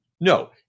No